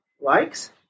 likes